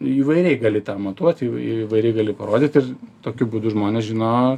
įvairiai gali tą matuot įv įvairiai gali parodyt ir tokiu būdu žmonės žino